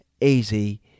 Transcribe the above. easy